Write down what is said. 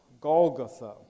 Golgotha